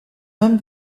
homme